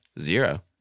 Zero